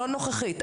לא נוכחית,